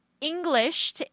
english